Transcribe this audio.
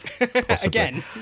Again